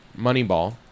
Moneyball